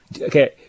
Okay